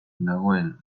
dagoen